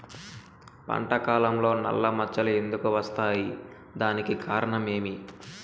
పంట కాలంలో నల్ల మచ్చలు ఎందుకు వస్తాయి? దానికి కారణం ఏమి?